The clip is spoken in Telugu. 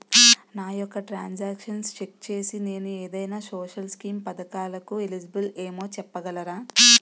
నా యెక్క ట్రాన్స్ ఆక్షన్లను చెక్ చేసి నేను ఏదైనా సోషల్ స్కీం పథకాలు కు ఎలిజిబుల్ ఏమో చెప్పగలరా?